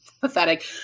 pathetic